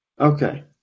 okay